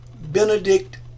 Benedict